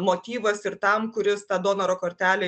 motyvas ir tam kuris tą donoro kortelę